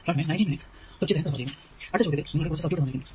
അടുത്ത ചോദ്യത്തിൽ നിങ്ങൾക്കു കുറച്ചു സർക്യൂട് തന്നിരിക്കുന്നു